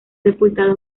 sepultado